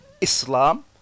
islam